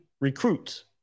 recruits